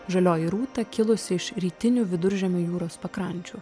žalioji rūta kilusi iš rytinių viduržemio jūros pakrančių